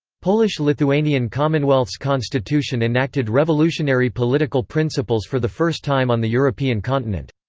polish-lithuanian commonwealth's constitution enacted revolutionary political principles for the first time on the european continent.